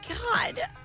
God